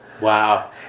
Wow